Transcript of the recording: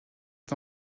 est